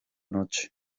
noche